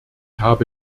habe